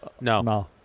No